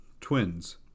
twins